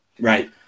right